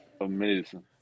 amazing